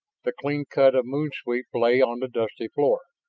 the clean cut of moon sweep lay on the dusty floor.